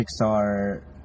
pixar